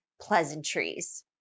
pleasantries